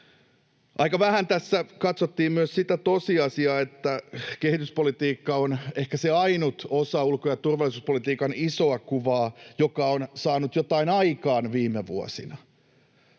Aika vähän tässä katsottiin myös sitä tosiasiaa, että kehityspolitiikka on ehkä se ainut osa ulko- ja turvallisuuspolitiikan isoa kuvaa, joka on saanut jotain aikaan viime vuosina.